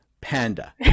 Panda